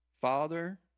Father